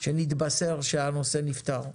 שנתבשר שהנושא נפתר.